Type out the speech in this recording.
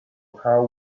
how